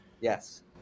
Yes